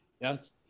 Yes